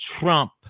Trump